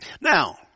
Now